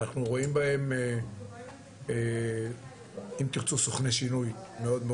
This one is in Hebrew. אנחנו רואים בהם אם תרצו סוכני שינוי מאוד,